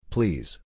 Please